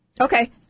Okay